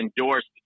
endorsed